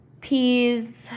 peas